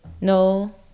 no